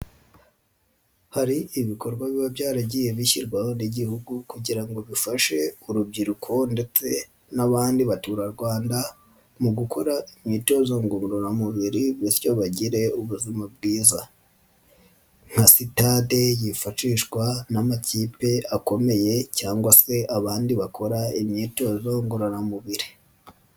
Hari ibikorwa biba byaragiye bishyirwaho n'Igihugu kugira ngo bifashe urubyiruko ndetse n'abandi Baturarwanda mu gukora imyitozo ngororamubiri bityo bagire ubuzima bwiza, nka sitade yifashishwa n'amakipe akomeye cyangwa se abandi bakora imyitozo ngororamubiri.